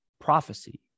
prophecy